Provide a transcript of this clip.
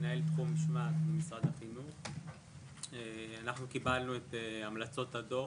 אנחנו קיבלנו את המלצות הדו"ח.